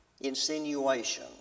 insinuation